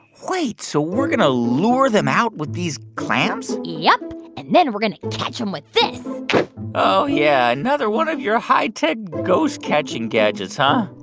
wait. so we're going to lure them out with these clams? yup. and then we're going to catch them with this oh, yeah. another one of your high-tech ghost-catching gadgets, huh?